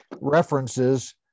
references